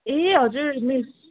ए हजुर मिस